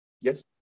Yes